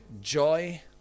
joy